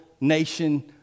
nation